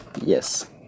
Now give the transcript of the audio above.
yes